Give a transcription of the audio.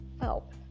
help